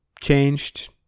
changed